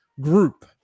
group